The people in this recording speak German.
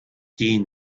die